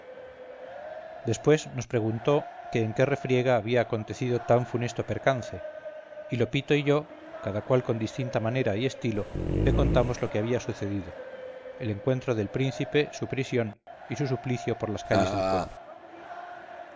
después nos preguntó que en qué refriega había acontecido tan funesto percance y lopito y yo cada cual con distinta manera y estilo le contamos lo que había sucedido el encuentro del príncipe su prisión y su suplicio por las calles del pueblo